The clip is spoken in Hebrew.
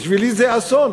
בשבילי זה אסון.